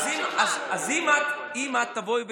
אז אם את תבואי ותתחייבי,